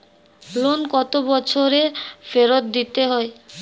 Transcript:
Loan কত বছরে ফেরত দিতে হয়?